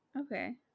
Okay